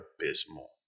abysmal